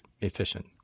efficient